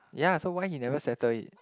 ya so why he never settle it